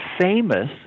famous